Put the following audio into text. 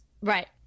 Right